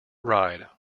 ride